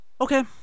Okay